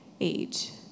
age